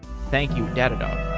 thank you, datadog.